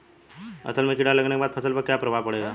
असल में कीड़ा लगने के बाद फसल पर क्या प्रभाव पड़ेगा?